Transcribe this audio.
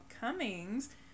Cummings